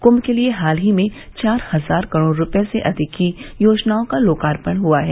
क्म के लिए हाल ही में चार हजार करोड़ रूपये से अधिक की योजनाओं का लोकार्पण हुआ है